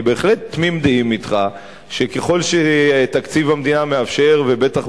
אני בהחלט תמים דעים אתך שככל שתקציב המדינה מאפשר ובטח